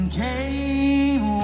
came